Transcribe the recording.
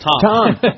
Tom